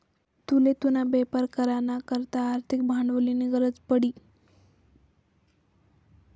तुले तुना बेपार करा ना करता आर्थिक भांडवलनी गरज पडी